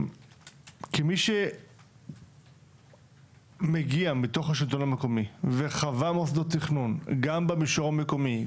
כמי שמגיע מתוך השלטון המקומי וחווה מוסדות תכנון גם במישור המקומי,